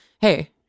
Hey